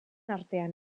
artean